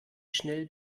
schnell